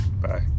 Bye